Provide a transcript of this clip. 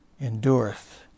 endureth